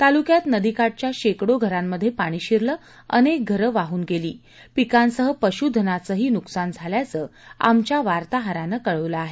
तालूक्यात नदीकाठच्या शेकडो घरांमध्ये पाणी शिरलं अनेक घरं वाहून गेली पिकांसह पशुधनाचंही नुकसान झाल्याचं आमच्या वार्ताहरानं कळवलं आहे